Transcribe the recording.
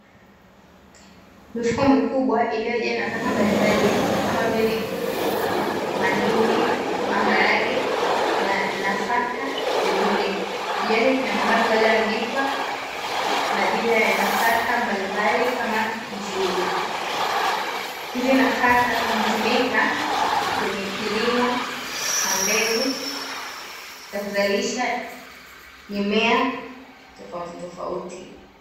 Mifuko mikubwa iliyo jaa nafaka mbalimbali kama vile : mahindi, maharage na nafaka zingine juu yake, kuna mabango yaliyo andikwa majina ya nafaka mbalimbali kama njugu, hizi nafaka hutumika kwenye kilimo cha mbegu cha kuzalisha mimea tofauti tofauti.